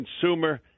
consumer